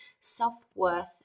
self-worth